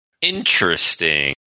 Interesting